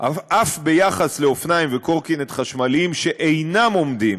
גם ביחס לאופניים וקורקינטים חשמליים שאינם עומדים